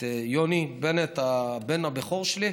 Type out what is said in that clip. את יוני בנט, הבן הבכור שלי.